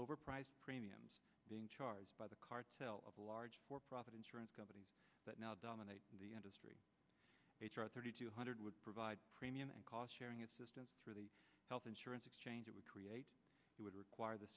overpriced premiums being charged by the cartel of large for profit insurance companies that now dominate the industry thirty two hundred would provide premium and cost sharing assistance through the health insurance exchange it would create would require the